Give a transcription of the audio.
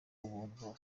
ubuntu